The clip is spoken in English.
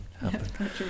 happen